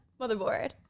Motherboard